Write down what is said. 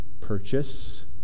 purchase